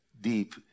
deep